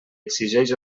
exigeix